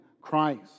Christ